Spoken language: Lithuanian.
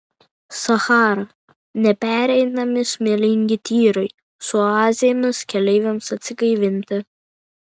sachara nepereinami smėlingi tyrai su oazėmis keleiviams atsigaivinti